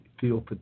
feel